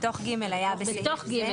בתוך (ג) היה "בסעיף זה".